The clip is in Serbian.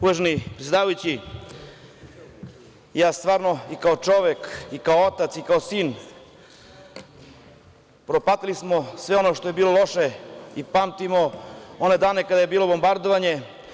Uvaženi predsedavaujući, stvarno i kao čovek i kao otac i kao sin, propatili smo sve ono što je bilo loše i pamtimo one dane kada je bilo bombardovanje.